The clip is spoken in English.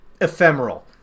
ephemeral